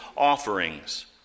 offerings